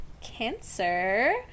Cancer